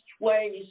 ways